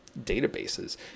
databases